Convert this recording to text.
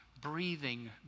breathing